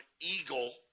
Eagle